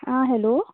आं हॅलो